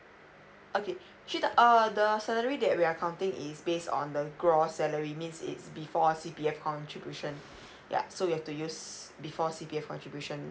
okay three thou~ err the salary that we are counting is base on the gross salary means it's before C_P_F contribution yeah we have to use before C_P_F contribution